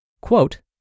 quote